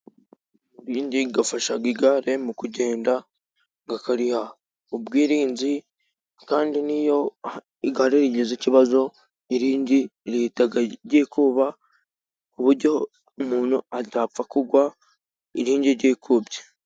Iringi rifasha igare mu kugenda, rikariha ubwirinzi. Kandi niyo igare rigeza ikibazo, iringi rihita ryikuba, ku buryo umuntu adapfa kugwa iringi ryikubye.